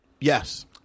Yes